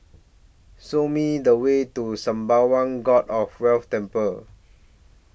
Show Me The Way to Sembawang God of Wealth Temple